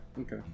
okay